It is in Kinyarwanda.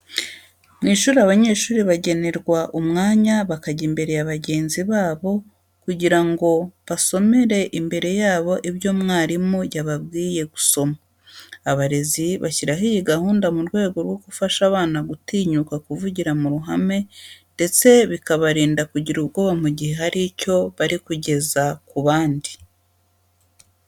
Mu ishuri abanyeshuri bagenerwa umwanya bakajya imbere ya bagenzi babo kugira ngo basomere imbere yabo ibyo mwarimu yababwiye gusoma. Abarezi bashyiraho iyi gahunda mu rwego rwo gufasha abana gutinyuka kuvugira mu ruhame ndetse bikabarinda kugira ubwoba mu gihe hari icyo bari kugeza ku bandi.